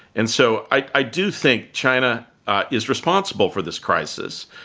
and so, i do think china is responsible for this crisis,